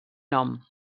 nom